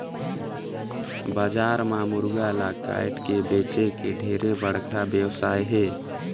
बजार म मुरगा ल कायट के बेंचे के ढेरे बड़खा बेवसाय हे